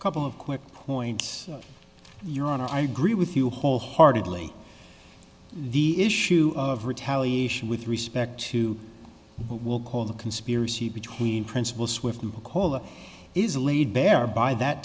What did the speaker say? a couple of quick points your honor i agree with you wholeheartedly the issue of retaliation with respect to will call the conspiracy between principal swift and cola is laid bare by that